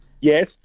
Yes